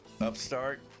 Upstart